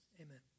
Amen